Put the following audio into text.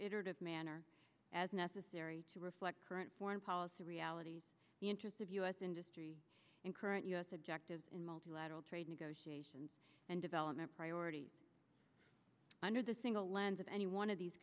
iterative manner as necessary to reflect current foreign policy realities the interests of u s industry and current u s objectives in multilateral trade negotiations and development priority under the single lens of any one of these